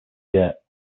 shirt